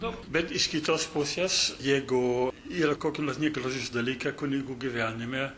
nu bet iš kitos pusės jeigu yra kokių nors negražių dalykų kunigų gyvenime